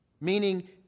Meaning